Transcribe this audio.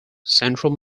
central